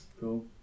Cool